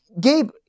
Gabe